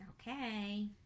okay